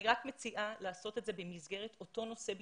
אז אני רק מציעה לעשות את זה במסגרת אותו נושא בדיוק,